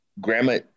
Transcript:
grandma